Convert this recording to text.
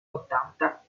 ottanta